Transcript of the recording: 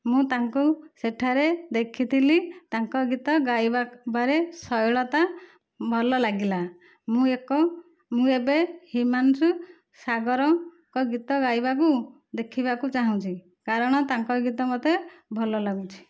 ମୁଁ ତାଙ୍କୁ ସେଠାରେ ଦେଖିଥିଲି ତାଙ୍କ ଗୀତ ଗାଇବା ପରେ ଶୈଳତା ଭଲ ଲାଗିଲା ମୁଁ ଏକ ମୁଁ ଏବେ ହିମାଂଶୁ ସାଗରଙ୍କ ଗୀତ ଗାଇବାକୁ ଦେଖିବାକୁ ଚାହୁଁଛି କାରଣ ତାଙ୍କ ଗୀତ ମୋତେ ଭଲ ଲାଗୁଛି